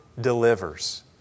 delivers